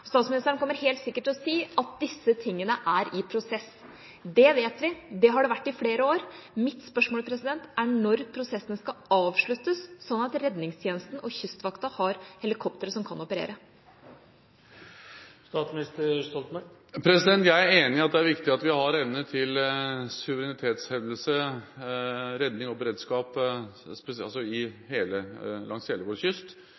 Statsministeren kommer helt sikkert til å si at disse tingene er i prosess. Det vet vi, det har de vært i flere år. Mitt spørsmål er: Når skal prosessen avsluttes, sånn at redningstjenesten og Kystvakten har helikoptre som kan operere? Jeg er enig i at det er viktig at vi har evne til suverenitetshevdelse, redning og beredskap